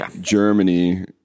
Germany